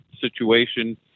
situation